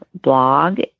blog